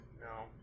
No